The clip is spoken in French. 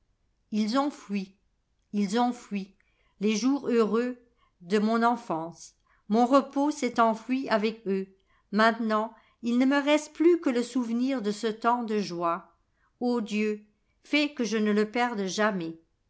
ils ont fui ils ont fui les jours heureux de mon enfance mon repos s'est enfui avec eux maintenant il ne me reste plus que le souvenir de ce temps de joie o dieu fais que je ne le perde jamais